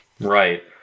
Right